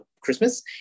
Christmas